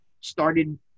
started